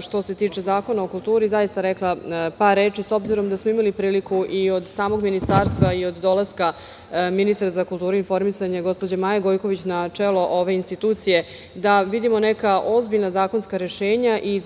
što se tiče Zakona o kulturi, rekla par reči s obzirom da smo imali priliku i od samog ministarstva i od dolaska ministra za kulturu i informisanje, gospođe Maje Gojković, na čelo ove institucije da vidimo neka ozbiljna zakonska rešenja i